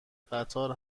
قطار